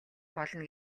болно